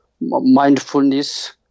mindfulness